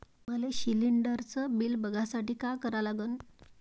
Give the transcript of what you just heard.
मले शिलिंडरचं बिल बघसाठी का करा लागन?